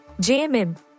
JMM